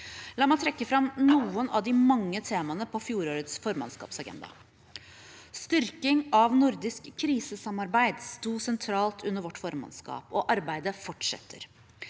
La meg trekke fram noen av de mange temaene på fjorårets formannskapsagenda. Styrking av nordisk krisesamarbeid sto sentralt under vårt formannskap, og arbeidet fortsetter.